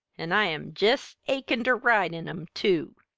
an' i'm jest achin' ter ride in em, too!